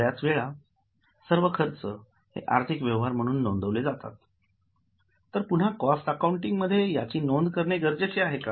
बऱ्याच वेळा सर्व खर्च हे आर्थिक व्यवहार म्हणून नोंदविले जातात तर पुन्हा कॉस्ट अकाउंटिंग मध्ये यांची नोंद करणे गरजेचे आहे का